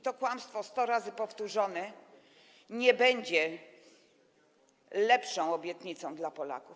To kłamstwo 100 razy powtórzone nie będzie lepszą obietnicą dla Polaków.